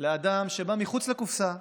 אדם שבא מחוץ לקופסה,